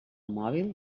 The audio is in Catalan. mòbil